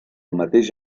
mateix